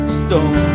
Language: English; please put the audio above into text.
stone